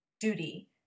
duty